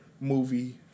movie